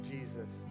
Jesus